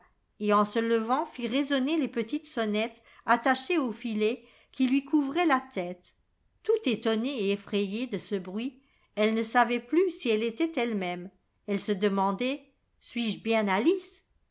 et en se levant fit résonner les petites sonnettes attachées au filet qui lui couvrait la tête tout étonnée et effrayée de ce bruit elle ne savait plus si elle était elle-même elle se demandait suis-je bien alice ne